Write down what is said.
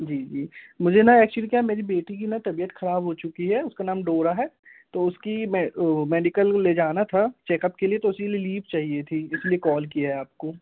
जी जी मुझे ना एक्चुली क्या मेरी बेटी की ना तबियत खराब हो चुकी है उसका नाम डोरा है तो उसकी मैं मेडिकल ले जाना था चेकअप के लिए तो उसी लिए लीव चाहिए थी इसीलिए कॉल किया है आपको